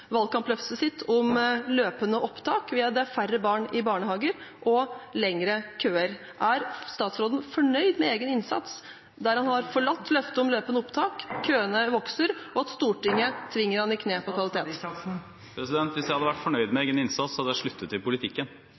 sitt om løpende opptak. Det er færre barn i barnehager og lengre køer. Er statsråden fornøyd med egen innsats, der han har forlatt løftet om løpende opptak, køene vokser og Stortinget tvinger ham i kne? Hvis jeg hadde vært fornøyd med egen innsats, hadde jeg sluttet i politikken.